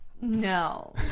No